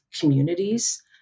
communities